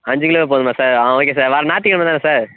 அஞ்சு கிலோ போதுமா சார் ஆ ஓகே சார் வர ஞாத்திக்கெழம தான சார்